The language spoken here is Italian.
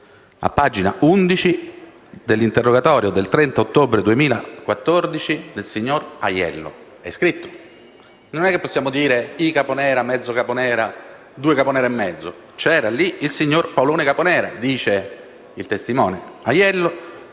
a pagina 11 dell'interrogatorio del 30 ottobre 2014 del signor Aiello. È scritto, e non possiamo dire: i Caponera, mezzo Caponera, due Caponera e mezzo. Era presente lì il signor Paolone Caponera, dice il testimone